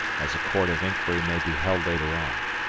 as a court of inquiry may be held later on.